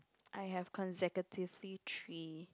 I have consecutively three